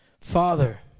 Father